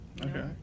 okay